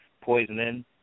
poisoning